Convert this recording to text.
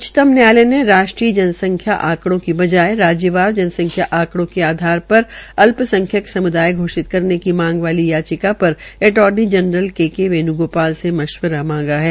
उच्चतम न्यायालय ने राष्ट्रीय जनसंख्या आंकड़ों की बजाय राज्यवार जनसंख्या आकंड़ो के आधार पर अल्पसंख्यक सम्दाय तय करने की मांग वाली याचिका में attorney general K K Venugopal से मशविरा मांगा है